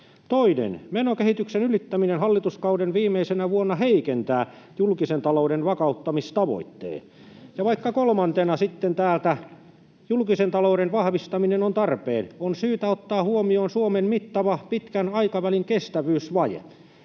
Toinen: ”Menokehyksen ylittäminen hallituskauden viimeisenä vuonna heikentää julkisen talouden vakauttamistavoitetta.” Ja kolmantena vaikka sitten täältä: ”Julkisen talouden vahvistaminen on tarpeen. On syytä ottaa huomioon Suomen mittava pitkän aikavälin kestävyysvaje.”